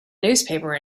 newspaper